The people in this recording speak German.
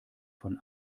von